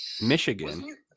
Michigan